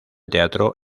teatro